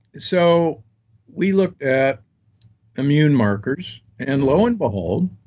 so we looked at immune markers, and lo and behold,